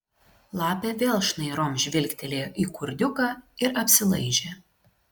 lapė vėl šnairom žvilgtelėjo į kurdiuką ir apsilaižė